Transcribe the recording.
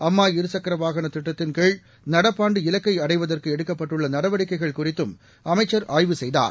அம்மா இருசக்கர வாகன திட்டத்தின்கீழ் நடப்பாண்டு இலக்கை அடைவதற்கு எடுக்கப்பட்டுள்ள நடவடிக்கைகள் குறித்தும் அமைச்சர் ஆய்வு செய்தார்